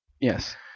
yes